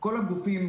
הגופים,